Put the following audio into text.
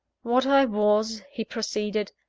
what i was, he proceeded,